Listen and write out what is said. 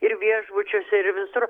ir viešbučiuose ir visur